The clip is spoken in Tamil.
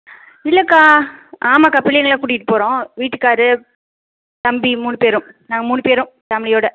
இல்லேக்கா ஆமாக்கா பிள்ளைகளை கூட்டிகிட்டு போகிறோம் வீட்டுக்காரு தம்பி மூணு பேரும் நாங்கள் மூணு பேரும் ஃபேமிலியோடு